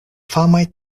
famaj